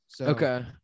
Okay